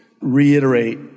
reiterate